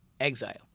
exile